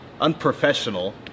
unprofessional